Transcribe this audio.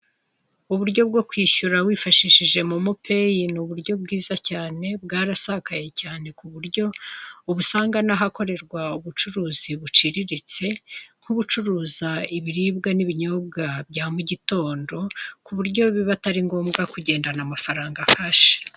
Uburyo bwo kwishyura wifashishije momo peyi ni uburyo bwiza cyane bwarasakaye cyane ku buryo ubusanga n'ahakorerwa ubucuruzi buciriritse nk'ubucuruza ibiribwa n'ibinyobwa bya mu gitondo ku buryo biba atari ngombwa kugendana amafaranga kashi.